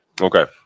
okay